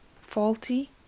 faulty